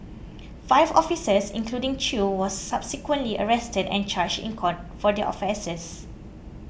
five officers including Chew were subsequently arrested and charged in court for their offences